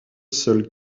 seules